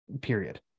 period